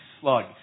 slug